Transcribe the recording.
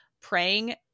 praying